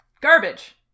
Garbage